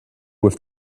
with